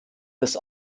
des